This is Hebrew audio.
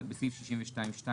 בסעיף 62(2),